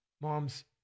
Moms